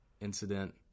incident